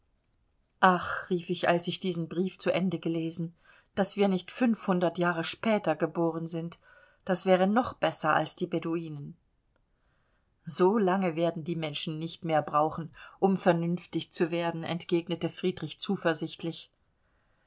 ach rief ich als ich diesen brief zu ende gelesen daß wir nicht fünfhundert jahre später geboren sind das wäre noch besser als die beduinen so lange werden die menschen nicht mehr brauchen um vernünftig zu werden entgegnete friedrich zuversichtlich